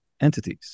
entities